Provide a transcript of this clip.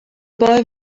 boy